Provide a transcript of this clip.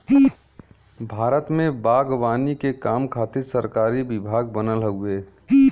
भारत में बागवानी के काम खातिर सरकारी विभाग बनल हउवे